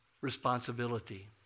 responsibility